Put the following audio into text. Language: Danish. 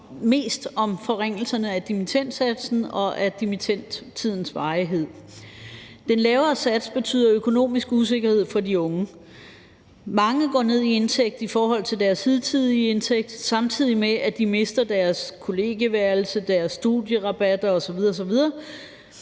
mest om forringelserne af dimittendsatsen og af dimittendtidens varighed. Den lavere sats betyder økonomisk usikkerhed for de unge. Mange går ned i indtægt i forhold til deres hidtidige indtægt, samtidig med at de mister deres kollegieværelser, deres studierabatter osv. osv.,